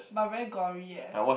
but very gory eh